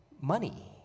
money